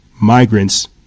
migrants